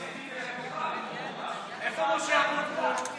איפה משה אבוטבול?